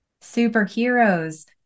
Superheroes